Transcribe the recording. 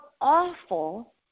awful